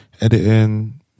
editing